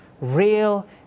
real